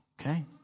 okay